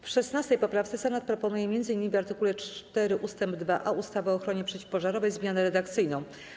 W 16. poprawce Senat proponuje m.in. w art. 4 ust. 2a ustawy o ochronie przeciwpożarowej zmianę redakcyjną.